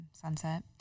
sunset